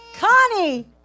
Connie